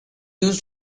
used